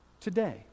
today